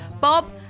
Bob